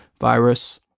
virus